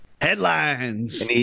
headlines